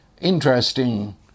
Interesting